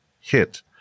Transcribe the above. hit